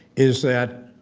is that